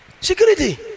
security